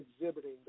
exhibiting